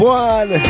one